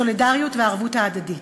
הסולידריות והערבות ההדדית.